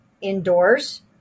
indoors